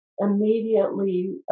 immediately